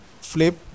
flip